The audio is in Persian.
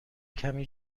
کمی